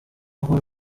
ahora